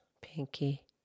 Pinky